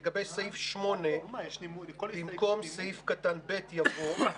לגבי סעיף 8 במקום סעיף קטן (ב) יבוא: